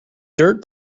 dirt